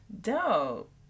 Dope